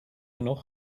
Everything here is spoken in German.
noch